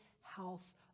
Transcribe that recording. house